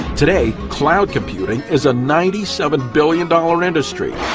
today, cloud computing is a ninety seven billion dollars industry.